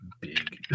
big